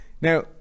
Now